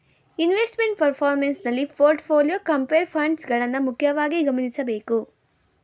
investment performance ನಲ್ಲಿ portfolio, compare funds ಗಳನ್ನ ಮುಖ್ಯವಾಗಿ ಗಮನಿಸಬೇಕು